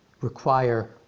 require